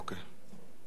אוקיי.